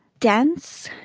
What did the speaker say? dense.